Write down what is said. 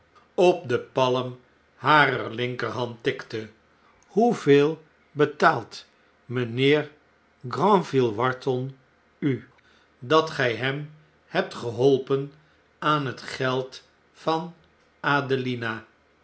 op de palm harer linkerhand tikte hoeveel betalt mynheer granville wharton u dat gy hem hebt geholpen aan het geld van